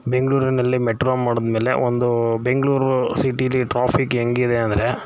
ಬೆಂಗಳೂರಿನಲ್ಲಿ ಮೆಟ್ರೋ ಮಾಡಿದ್ಮೇಲೆ ಒಂದು ಬೆಂಗಳೂರು ಸಿಟಿಲಿ ಟ್ರಾಫಿಕ್ ಹೆಂಗಿದೆ ಅಂದರೆ